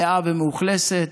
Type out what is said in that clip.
מלאה ומאוכלסת,